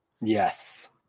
Yes